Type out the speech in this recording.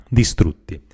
distrutti